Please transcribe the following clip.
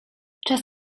czas